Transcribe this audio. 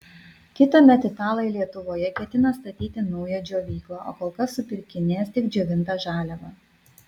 kitąmet italai lietuvoje ketina statyti naują džiovyklą o kol kas supirkinės tik džiovintą žaliavą